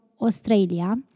Australia